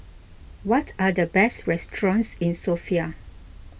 what are the best restaurants in Sofia